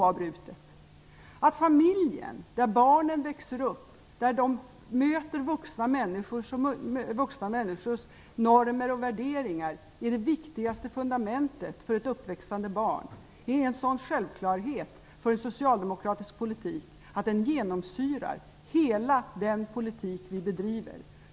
Att familjen, där barnen växer upp och möter vuxna människors normer och värderingar, är det viktigaste fundamentet för ett uppväxande barn är en sådan självklarhet i en socialdemokratisk politik att den genomsyrar hela den politik som vi bedriver.